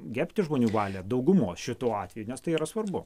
gerbti žmonių valią daugumos šituo atveju nes tai yra svarbu